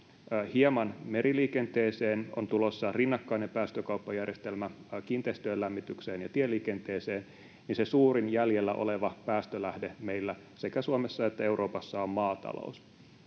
hieman meriliikenteeseen, on tulossa rinnakkainen päästökauppajärjestelmä kiinteistöjen lämmitykseen ja tieliikenteeseen, niin se suurin jäljellä oleva päästölähde meillä sekä Suomessa että Euroopassa on maatalous.